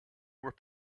were